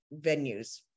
venues